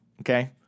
Okay